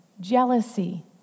jealousy